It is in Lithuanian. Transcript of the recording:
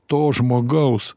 to žmogaus